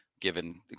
given